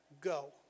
go